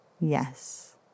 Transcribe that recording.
Yes